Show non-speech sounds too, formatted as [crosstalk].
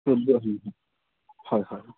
[unintelligible] হয় হয়